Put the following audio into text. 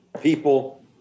people